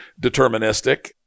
deterministic